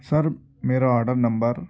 سر میرا order number